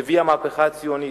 נביא המהפכה הציונית,